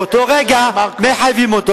באותו רגע מחייבים אותו.